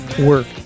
work